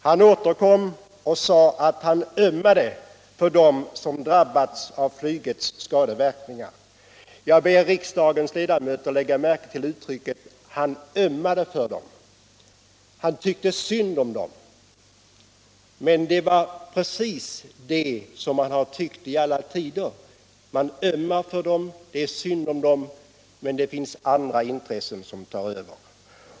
Han återkom och sade att han ömmar för dem som drabbats av flygets skadeverkningar. Jag ber riksdagens ledamöter lägga märke till uttrycket ”ömmar för dem”. Han tyckte synd om dem, men det är precis vad man tyckt i alla tider. Man ömmar för dem, tycker synd om dem, men det finns andra intressen som tar över.